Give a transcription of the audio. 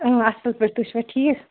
اۭں اصل پٲٹھۍ تُہۍ چھوا ٹھیٖک